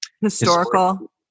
historical